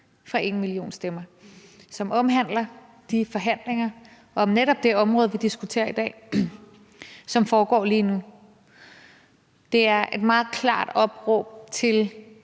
fra #enmillionstemmer, som omhandler de forhandlinger om netop det område, vi diskuterer i dag, og som foregår lige nu. Det er et meget klart opråb om,